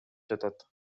жатат